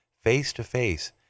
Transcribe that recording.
face-to-face